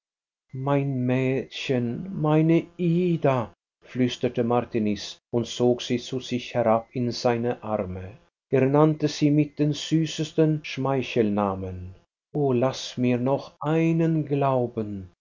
mein mädchen meine ida flüsterte martiniz und zog sie zu sich herab in seine arme er nannte sie mit den süßesten schmeichelnamen o laß mir noch einen glauben